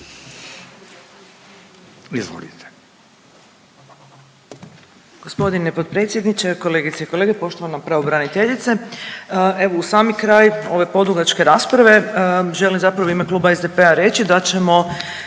(SDP)** Gospodine potpredsjedniče, kolegice i kolege, poštovana pravobraniteljice evo u sami kraj ove podugačke rasprave želim zapravo u ime Kluba SDP-a reći da ćemo